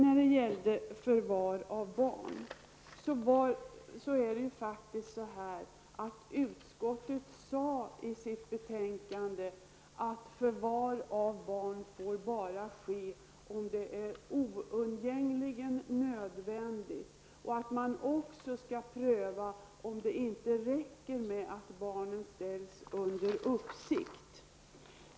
Beträffande förvar av barn vill jag framhålla att utskottet faktiskt skrev i betänkandet att förvar av barn bör få ske bara om det är oundgängligen nödvändigt. Man skall också pröva om det inte räcker med att barnen ställs under uppsikt.